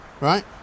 right